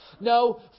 No